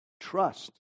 trust